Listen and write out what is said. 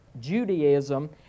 Judaism